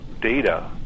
data